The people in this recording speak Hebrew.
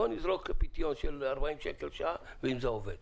בואו נזרוק פיתיון של 40 שקלים לשעה ונראה אם זה עובד.